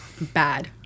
Bad